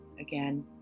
Again